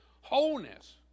Wholeness